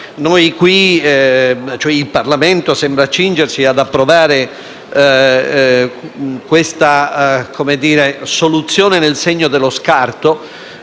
Il Parlamento sembra accingersi ad approvare questa soluzione nel segno dello scarto